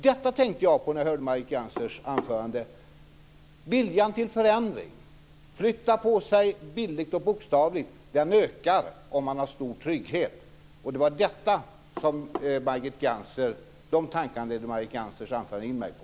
Detta tänkte jag på när jag hörde på Margit Gennsers anförande. Viljan till förändring, att flytta på sig bildligt och bokstavligt, ökar om man har stor trygghet. Det var de tankarna Margit Gennsers anförande ledde in mig på.